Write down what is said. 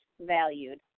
valued